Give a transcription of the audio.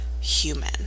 human